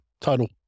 total